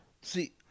See